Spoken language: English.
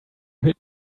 hit